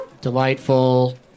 delightful